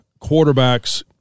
quarterbacks